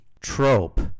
trope